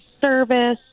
service